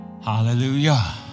Hallelujah